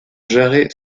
jarret